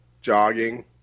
jogging